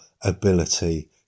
ability